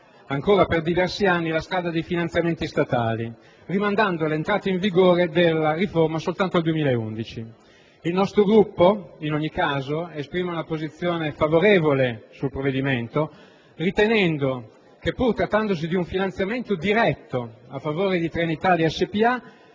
ancora per diversi anni la strada dei finanziamenti statali, rinviando l'entrata in vigore della riforma soltanto al 2011. In ogni caso, il nostro Gruppo esprime una posizione favorevole sul provvedimento ritenendo che, pur trattandosi di un finanziamento diretto a favore di Trenitalia spa,